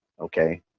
okay